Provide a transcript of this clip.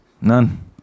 none